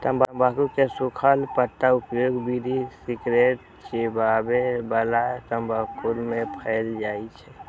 तंबाकू के सूखल पत्ताक उपयोग बीड़ी, सिगरेट, चिबाबै बला तंबाकू मे कैल जाइ छै